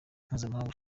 mpuzamahanga